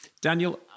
Daniel